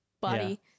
body